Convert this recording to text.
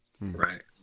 Right